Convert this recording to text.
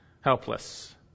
Helpless